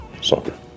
soccer